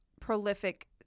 prolific